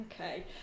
Okay